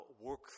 work